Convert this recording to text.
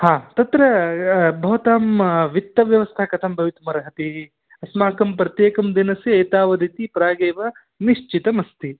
तत्र भवतां वित्तव्यवस्था कथं भवितुमर्हति अस्माकं प्रत्येकं दिनस्य एतावदिति प्रागेव निश्चितमस्ति